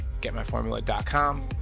GetMyFormula.com